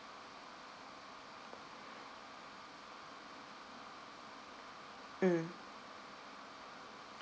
mm